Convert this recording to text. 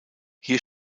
hier